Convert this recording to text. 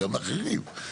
גם לאחרים.